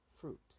fruit